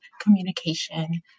communication